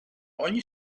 ogni